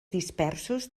dispersos